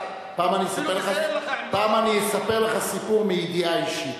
פעם אני אספר לך סיפור מידיעה אישית.